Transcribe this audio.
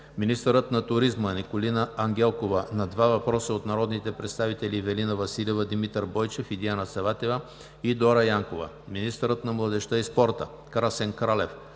министърът на туризма Николина Ангелкова – на два въпроса от народните представители Ивелина Василева, Димитър Бойчев и Диана Саватева; и Дора Янкова; - министърът на младежта и спорта Красен Кралев